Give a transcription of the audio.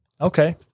Okay